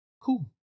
Cool